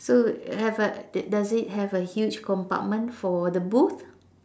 so have a d~ does it have a huge compartment for the booth